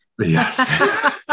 Yes